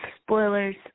spoilers